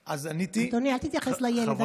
אדוני, אל תתייחס לילד.